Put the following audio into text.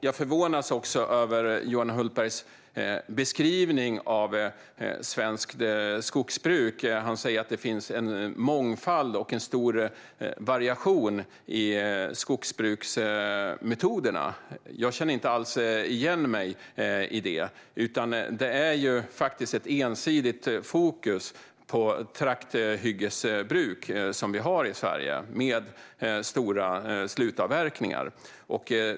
Jag förvånas också över Johan Hultbergs beskrivning av svenskt skogsbruk. Han säger att det finns en mångfald och en stor variation i skogsbruksmetoderna, men jag känner inte alls igen mig i det. Vi har i Sverige ett ensidigt fokus på trakthyggesbruk med stora slutavverkningar.